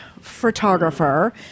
photographer